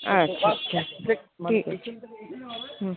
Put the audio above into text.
আচ্ছা আচ্ছা আচ্ছা ঠিক আছে হুম